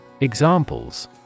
Examples